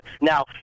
Now